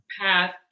Path